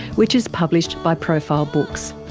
which is published by profile books.